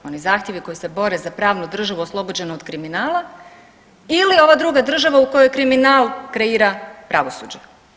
Oni zahtjevi koji se bore za pravnu državu oslobođenu od kriminala ili ova druga država u kojoj kriminal kreira pravosuđe.